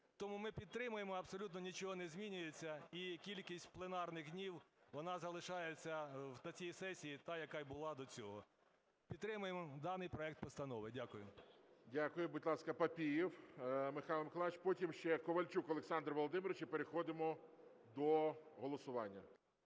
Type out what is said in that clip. Тому ми підтримуємо, абсолютно нічого не змінюється, і кількість пленарних днів, вона залишається на цій сесії та, яка і була до цього. Підтримуємо даний проект постанови. Дякую. ГОЛОВУЮЧИЙ. Дякую. Будь ласка, Папієв Михайло Миколайович, потім ще Ковальчук Олександр Володимирович. І переходимо до голосування.